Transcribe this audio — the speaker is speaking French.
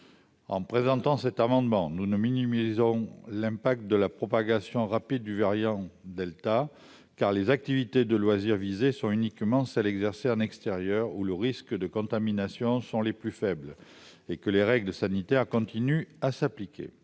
En présentant cet amendement, nous ne minimisons pas l'impact de la propagation rapide du variant delta, car les activités de loisirs visées sont uniquement celles qui sont exercées en extérieur, où les risques de contamination sont plus faibles et où les règles sanitaires continuent à s'appliquer.